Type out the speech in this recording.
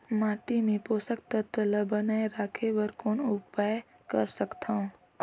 माटी मे पोषक तत्व ल बनाय राखे बर कौन उपाय कर सकथव?